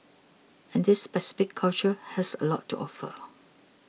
and this specific culture has a lot to offer